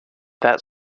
that